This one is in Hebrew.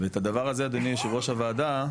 ואת הדבר הזה, אדוני יושב-ראש הוועדה,